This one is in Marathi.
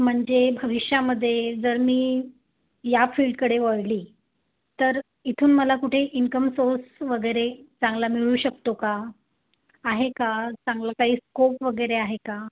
म्हणजे भविष्यामध्ये जर मी या फील्डकडे वळली तर इथून मला कुठे इन्कम सोर्स वगैरे चांगला मिळू शकतो का आहे का चांगला काही स्कोप वगैरे आहे का